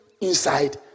inside